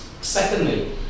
Secondly